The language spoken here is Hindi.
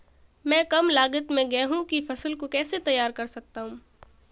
मैं कम लागत में गेहूँ की फसल को कैसे तैयार कर सकता हूँ?